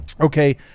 Okay